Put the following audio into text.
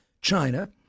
China